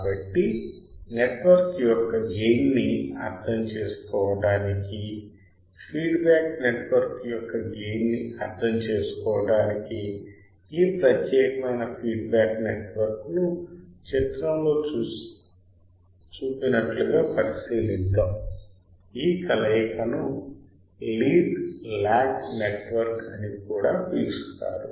కాబట్టి నెట్వర్క్ యొక్క గెయిన్ ని అర్థం చేసుకోవడానికి ఫీడ్బ్యాక్ నెట్వర్క్ యొక్క గెయిన్ ని అర్థం చేసుకోవడానికి ఈ ప్రత్యేకమైన ఫీడ్బ్యాక్ నెట్వర్క్ను చిత్రంలో చూపినట్లుగా పరిశీలిద్దాం ఈ కలయికను లీడ్ లాగ్ నెట్వర్క్ అని కూడా పిలుస్తారు